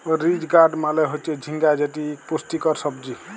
ridge gourd মালে হচ্যে ঝিঙ্গা যেটি ইক পুষ্টিকর সবজি